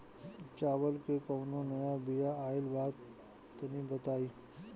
चावल के कउनो नया बिया आइल बा तनि बताइ?